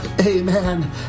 amen